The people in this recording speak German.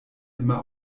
immer